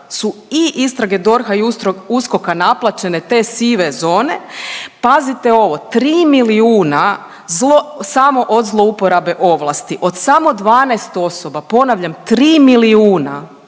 su i istrage DORH-a i USKOK-a naplaćene te sive zone. Pazite ovo, 3 milijuna zlo… samo od zlouporabe ovlasti, od samo 12 osoba, ponavljam 3 milijuna